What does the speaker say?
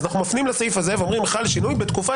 אז אנחנו מפנים לסעיף הזה ואומרים: חל שינוי בתקופה